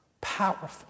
powerful